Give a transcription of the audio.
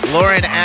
Lauren